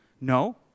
No